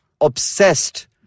obsessed